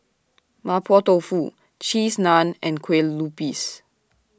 Mapo Tofu Cheese Naan and Kue Lupis